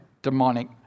demonic